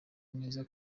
neza